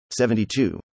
72